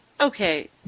okay